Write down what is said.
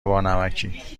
بانمکی